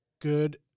good